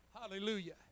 hallelujah